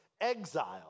exile